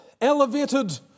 elevated